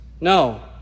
No